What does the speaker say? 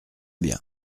bien